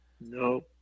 No